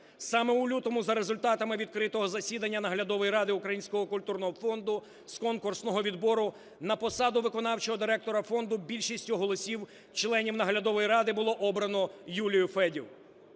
Саме у лютому за результатами відкритого засідання наглядової ради Українського культурного фонду з конкурсного відбору на посаду виконавчого директора фонду більшістю голосів членів наглядової ради було обрано Юлію Федів.